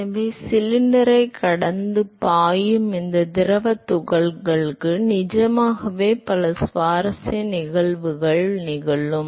எனவே சிலிண்டரைக் கடந்து பாயும் இந்த திரவத் துகள்களுக்கு நிஜமாகவே பல சுவாரஸ்யமான நிகழ்வுகள் நிகழும்